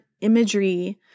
imagery